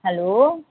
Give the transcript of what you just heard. hello